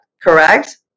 correct